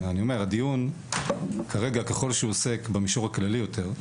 הדיון כרגע ככל שהוא עוסק במישור הכללי יותר.